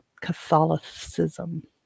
Catholicism